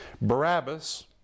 Barabbas